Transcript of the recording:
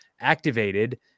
activated